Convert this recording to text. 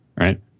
right